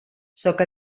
sóc